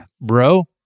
bro